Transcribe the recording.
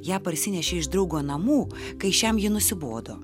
ją parsinešė iš draugo namų kai šiam ji nusibodo